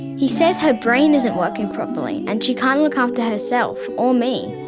he says her brain isn't working properly and she can't look after herself or me.